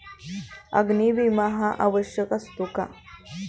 अग्नी विमा हा आवश्यक असतो का?